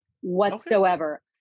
whatsoever